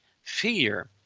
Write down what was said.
Fear